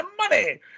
money